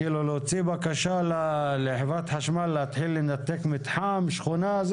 כאילו להוציא לבקשה לחברת חשמל להתחיל לנתק מתחם או שכונה?